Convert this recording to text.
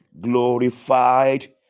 Glorified